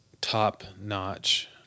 top-notch